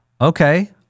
okay